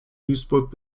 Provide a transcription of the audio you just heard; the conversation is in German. duisburg